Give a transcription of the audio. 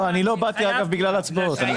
לא, אני לא באתי בגלל העצמאות, אגב.